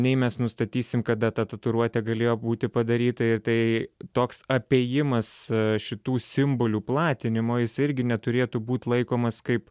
nei mes nustatysim kada ta tatuiruotė galėjo būti padaryta ir tai toks apėjimas šitų simbolių platinimo jisai irgi neturėtų būti laikomas kaip